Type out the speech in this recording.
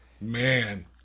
Man